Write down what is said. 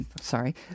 sorry